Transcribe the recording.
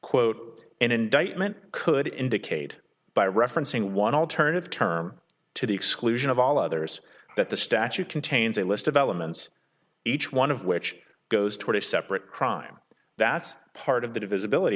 quote an indictment could indicate by referencing one alternative term to the exclusion of all others that the statute contains a list of elements each one of which goes toward a separate crime that's part of the divisibility